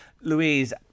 Louise